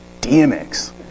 DMX